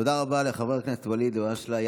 תודה רבה לחבר הכנסת ואליד אלהואשלה.